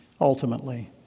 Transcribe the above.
ultimately